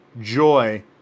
joy